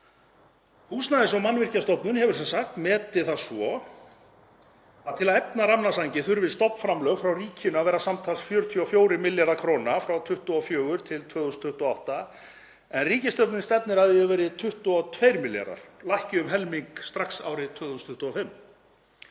Húsnæðis- og mannvirkjastofnun hefur sem sagt metið það svo að til að efna rammasamninginn þurfi stofnframlög frá ríkinu að vera samtals 44 milljarðar kr. frá 2024–2028 en ríkisstjórnin stefnir að því að það verði 22 milljarðar, lækki um helming strax árið 2025.